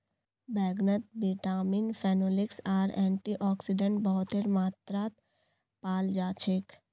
बैंगनत vitamin, phenolics आर antioxidant बहुतेर मात्रात पाल जा छेक